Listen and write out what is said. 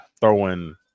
throwing